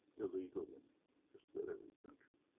illegal in just about every country.